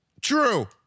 True